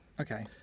okay